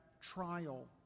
trial